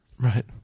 Right